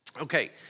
Okay